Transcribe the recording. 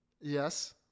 Yes